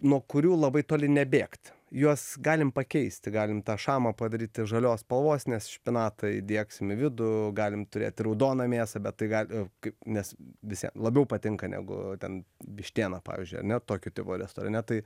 nuo kurių labai toli nebėgt juos galim pakeist galim tą šamą padaryt ir žalios spalvos nes špinatą įdiegsim į vidų galim turėt raudoną mėsą bet tai gal kaip nes vis ją labiau patinka negu ten vištiena pavyzdžiui ane tokio tipo restorane tai